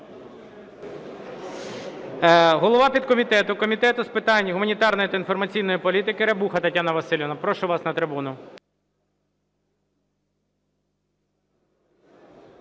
Голова підкомітету Комітету з питань гуманітарної та інформаційної політики Рябуха Тетяна Василівна, прошу вас на трибуну.